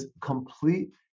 complete